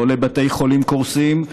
לא לבתי חולים קורסים,